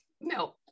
no